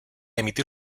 emitir